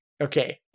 Okay